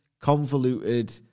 convoluted